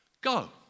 Go